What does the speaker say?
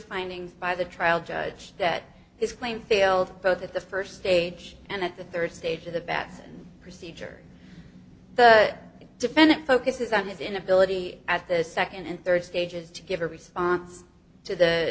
findings by the trial judge that his claim failed so that the first stage and at the third stage of the bateson procedure the defendant focuses on his inability at this second and third stages to give a response to the